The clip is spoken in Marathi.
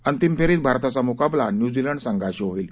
अंतिम फेरीत भारताचा मुकाबला न्यूझीलंड संघाशी होईल